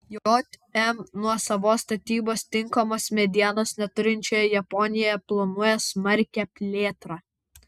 jm nuosavos statybos tinkamos medienos neturinčioje japonijoje planuoja smarkią plėtrą